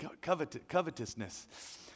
Covetousness